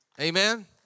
Amen